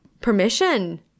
Permission